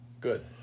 Good